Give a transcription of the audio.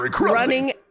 running